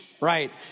right